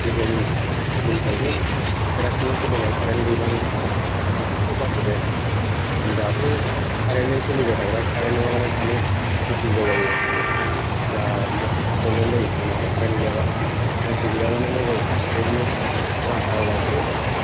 गोदोनि दिनफ्रावथ' केरासिनजों सोलिनाय कारेन्त गैबाङै बेफोरखौथ' बाद होदो दाथ' कारेन्तजों सोलिबाय थाग्रा कारेन्त नङाबानो थानो उसुबिदा जायो बिरादनो प्रब्लेम जायो दिनावहाय कारेन्त गैयाबा सानसे गैयाबानो मबाइल सार्ज गैयिनि उरां फारां जानोसै